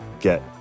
get